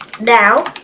now